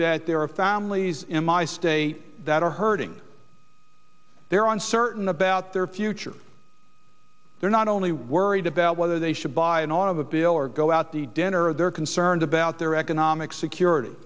that there are families in my state that are hurting there on certain about their future they're not only worried about whether they should buy an all out of the bill or go out the dinner they're concerned about their economic security